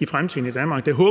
i fremtiden i Danmark.